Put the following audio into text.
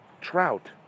Trout